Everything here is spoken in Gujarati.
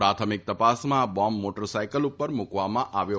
પ્રાથમિક તપાસમાં આ બોંબ મોટરસાઇકલ ઉપર મુકવામાં આવ્યો હતો